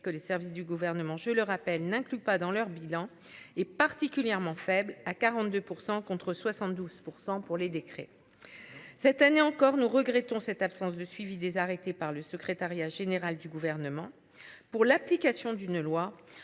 que les services du gouvernement, je le rappelle n'inclut pas dans leur bilan est particulièrement faible, à 42% contre 72% pour les décrets. Cette année encore, nous regrettons cette absence de suivi des arrêtés par le secrétariat général du gouvernement pour l'application d'une loi.